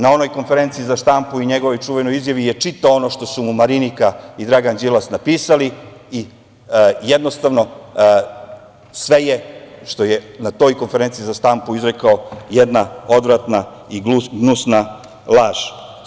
Na onoj konferenciji za štampu i njegovoj čuvenoj izjavi čitao je ono što su mu Marinika i Dragan Đilas napisali i jednostavno sve što je izrekao na toj konferenciji za štampu je jedna odvratna i gnusna laž.